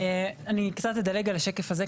אני קצת אדלג על השקף הזה,